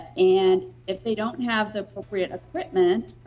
and, if they don't have the appropriate equipment,